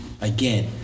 again